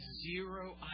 zero